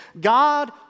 God